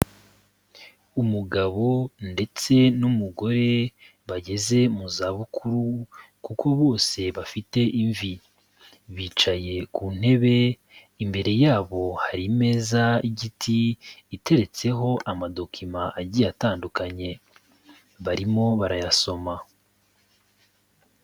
Umugabo ndetse n'umugore bageze mu zabukuru kuko bose bafite imvi, bicaye ku ntebe imbere yabo hari imeza y'igiti iteretseho amadokima agiye atandukanye, barimo barayasoma.